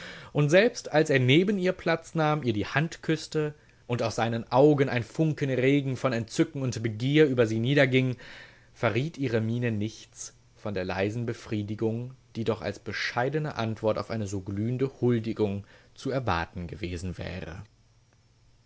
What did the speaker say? und selbst als er neben ihr platz nahm ihr die hand küßte und aus seinen augen ein funkenregen von entzücken und begier über sie niederging verriet ihre miene nichts von der leisen befriedigung die doch als bescheidene antwort auf eine so glühende huldigung zu erwarten gewesen wäre